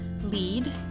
lead